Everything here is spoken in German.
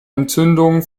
entzündungen